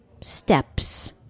Steps